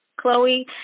Chloe